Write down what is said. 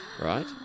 right